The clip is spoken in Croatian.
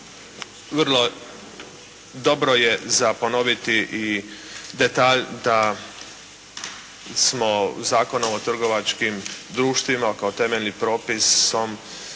vrlo dobro je za ponoviti i detalj da smo zakonom o trgovačkim društvima kao temeljnim propisom